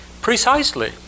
precisely